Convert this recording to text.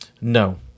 No